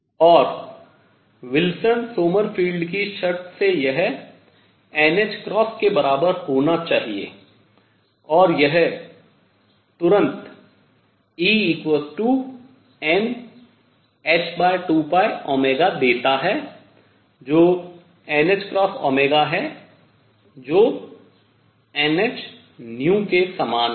और Wilson Sommerfeld की शर्त से यह nℏ के बराबर होना चाहिए और यह तुरंत Enh2π देता है जो nℏω है जो nhν के समान है